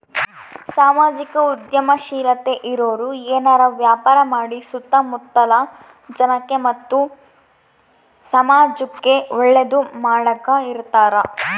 ಸಾಮಾಜಿಕ ಉದ್ಯಮಶೀಲತೆ ಇರೋರು ಏನಾರ ವ್ಯಾಪಾರ ಮಾಡಿ ಸುತ್ತ ಮುತ್ತಲ ಜನಕ್ಕ ಮತ್ತೆ ಸಮಾಜುಕ್ಕೆ ಒಳ್ಳೇದು ಮಾಡಕ ಇರತಾರ